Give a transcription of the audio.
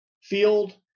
field